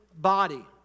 body